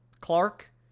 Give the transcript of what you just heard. Clark